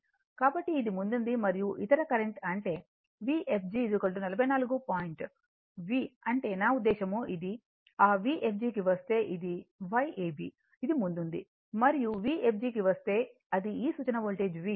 కాబట్టి ఇది ముందుంది మరియు ఇతర కరెంట్ అంటే Vfg 44 పాయింట్ V అంటే నా ఉద్దేశం ఇది ఆ Vfg కి వస్తే ఇది Y ab ఇది ముందుంది మరియు ఇది Vfg కి వస్తే అది ఈ సూచన వోల్టేజ్ V